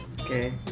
Okay